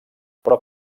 però